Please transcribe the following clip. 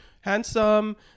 handsome